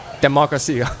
democracy